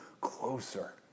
closer